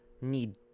need